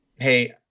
hey